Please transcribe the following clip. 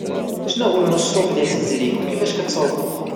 شناهوا المشروب اللي عزيز عندك وكيفاش كتصاوبوا؟